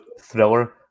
thriller